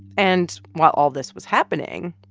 and while all this was happening,